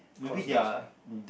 cause there's